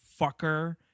fucker